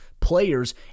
players